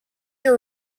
your